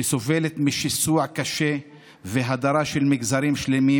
שסובלת משיסוע קשה והדרה של מגזרים שלמים